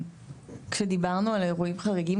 כשדיברנו על אירועים חריגים,